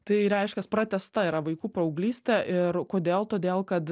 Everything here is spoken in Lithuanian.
tai reiškias pratęsta yra vaikų paauglystė ir kodėl todėl kad